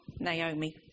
Naomi